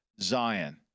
Zion